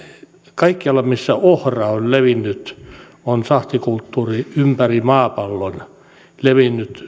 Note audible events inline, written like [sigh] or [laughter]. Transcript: kaikkialla missä ohra on levinnyt on sahtikulttuuri ympäri maapallon levinnyt [unintelligible]